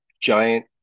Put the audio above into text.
giant